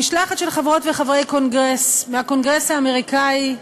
משלחת של חברות וחברי קונגרס מהקונגרס האמריקני,